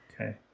Okay